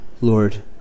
Lord